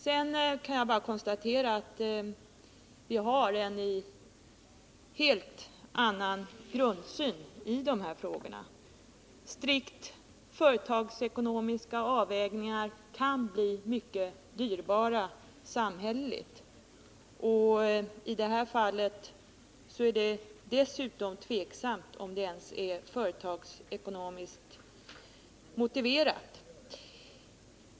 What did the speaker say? Sedan kan jag bara konstatera att vi har en helt annan grundsyn på de här frågorna. Strikt företagsekonomiska avvägningar kan bli mycket dyrbara samhälleligt. I det här fallet är det dessutom tveksamt om det är ens företagsekonomiskt motiverat.